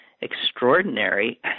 extraordinary